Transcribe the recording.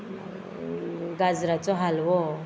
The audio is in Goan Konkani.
गाजराचो हालवो